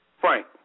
Frank